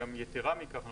יתרה מכך,